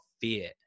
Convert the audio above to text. fear